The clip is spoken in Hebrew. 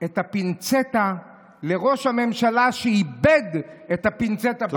את הפינצטה לראש הממשלה שאיבד את הפינצטה ואת הכיוון.